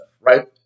right